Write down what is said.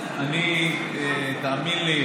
תאמין לי,